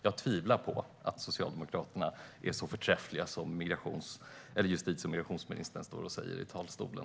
Jag tvivlar på att Socialdemokraterna är så förträffliga som justitie och migrationsministern står och säger i talarstolen.